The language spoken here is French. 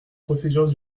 procédure